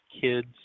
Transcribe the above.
kids